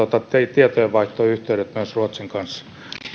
tietojenvaihtoyhteydet ruotsin kanssa